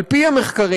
על פי המחקרים,